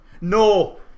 No